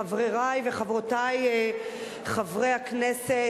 חברי וחברותי חברי הכנסת,